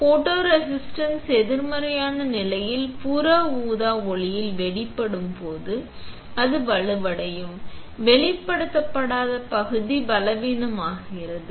photoresist எதிர்மறையான நிலையில் புற ஊதா ஒளியில் வெளிப்படும் போது அது வலுவடையும் வெளிப்படுத்தப்படாத பகுதி பலவீனமாகிறது